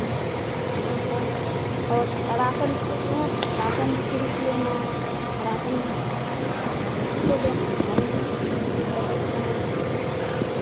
हाँ तो तो राशन तो देख रहे ना राशन भी फ्री किए हैं राशन भी और उसी को देना है आइए ठीक है बूथ नम्बर कितना है